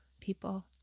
people